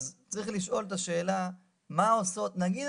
צריך לשאול את השאלה מה עושות -- נגיד